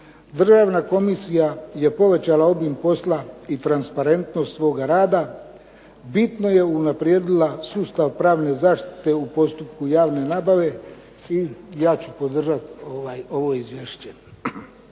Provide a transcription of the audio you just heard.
Državna komisija je povećala obijm posla i transparentnost svoga rada, bitno je unaprijedila sustav pravne zaštite u postupku javne nabave i ja ću podržati ovo izvješće.